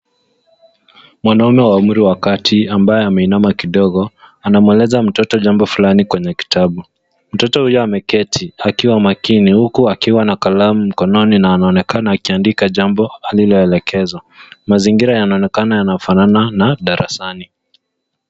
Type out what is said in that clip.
Mwanaume wa umri wa kati ambaye ameinama kidogo anamueleza mtoto jambo fulani kwenye kitabu. Mtoto huyo ameketi akiwa makini huku akiwa na kalamu mkononi na anaonekana akiandika jambo aliloelekezwa. Mazingira yanaonekana yanafanana na darasani.